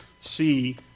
see